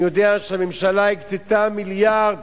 אני יודע שהממשלה הקצתה 1.35 מיליארד